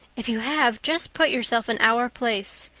if you have, just put yourself in our place.